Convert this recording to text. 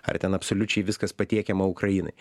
ar ten absoliučiai viskas patiekiama ukrainai